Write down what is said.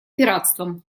пиратством